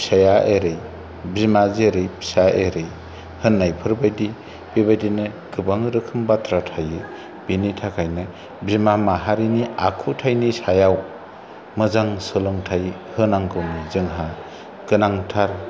फिसाया एरै बिमा जेरै फिसाया एरै होन्नायफोरबादि बेबायदिनो गोबां रोखोम बाथ्रा थायो बेनि थाखायनो बिमा माहारिनि आखुथायनि सायाव मोजां सोलोंथाय होनांगौनि जोंहा गोनांथार